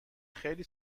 خیلی